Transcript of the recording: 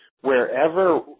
Wherever